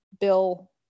bill